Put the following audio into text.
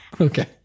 Okay